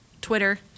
Twitter